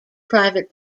private